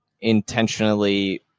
intentionally